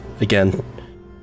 again